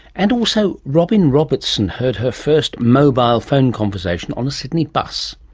and also robin robertson heard her first mobile phone conversation on a sydney bus.